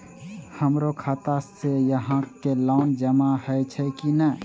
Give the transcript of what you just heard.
हमरो खाता से यहां के लोन जमा हे छे की ने?